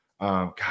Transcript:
God